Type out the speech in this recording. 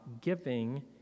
giving